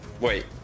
Wait